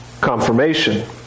confirmation